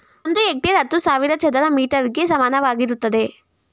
ಒಂದು ಹೆಕ್ಟೇರ್ ಹತ್ತು ಸಾವಿರ ಚದರ ಮೀಟರ್ ಗೆ ಸಮಾನವಾಗಿರುತ್ತದೆ